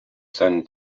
san